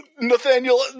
Nathaniel